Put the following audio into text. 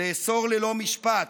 לאסור ללא משפט,